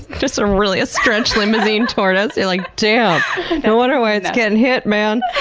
just a really stretch limousine tortoise. they're like, damn! no wonder why it's getting hit, man!